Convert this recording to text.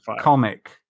comic